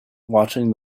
watching